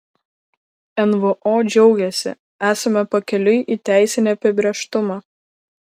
nvo džiaugiasi esame pakeliui į teisinį apibrėžtumą